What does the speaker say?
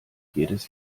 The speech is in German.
jedes